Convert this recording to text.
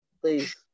Please